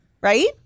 right